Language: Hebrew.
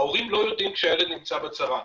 ההורים לא יודעים שהילד נמצא בצרה.